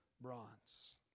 bronze